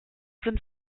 sind